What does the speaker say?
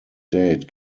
date